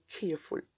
careful